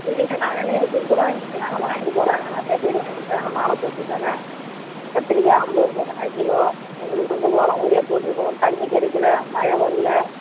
இல்லைங்க நாங்கள் நேற்றிக்கு கூடம் இங்கே தாங்க வாங்கிட்டு போகறாங்க நிறையா பேர் வாங்கிகிட்டு போகறாங்க மாலை போட்டுருக்காங்க கத்திரிக்காய் ஐம்பதுருபா தாங்க கிலோ எங்களுக்கு வந்து உரம் யூரியா போட்டுருப்போம் தண்ணி கிடைக்கல மழை வரல